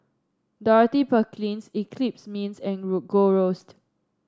Dorothy Perkins Eclipse Mints and Gold Roast